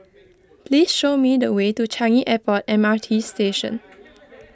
please show me the way to Changi Airport M R T Station